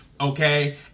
Okay